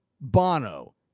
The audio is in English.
Bono